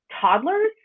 toddlers